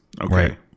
Okay